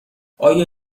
آیا